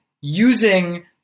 using